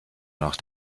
noch